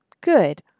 good